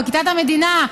פרקליטת המדינה,